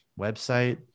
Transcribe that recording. website